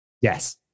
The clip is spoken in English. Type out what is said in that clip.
Yes